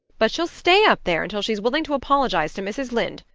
but she'll stay up there until she's willing to apologize to mrs. lynde,